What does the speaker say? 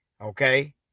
Okay